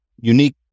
unique